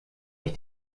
ich